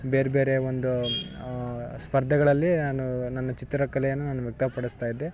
ಬೇರೆಬೇರೆ ಒಂದು ಸ್ಪರ್ಧೆಗಳಲ್ಲಿ ನಾನು ನನ್ನ ಚಿತ್ರಕಲೆಯನ್ನು ನಾನು ವ್ಯಕ್ತಪಡಿಸ್ತಾ ಇದ್ದೆ